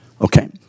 Okay